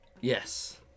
yes